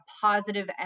positive